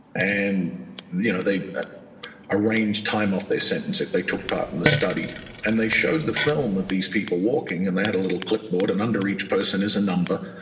and you know they arranged time off their sentence if they took part in the study and they showed the film of these people walking, and they had a little clipboard, and under each person is a number.